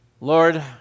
Lord